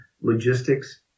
logistics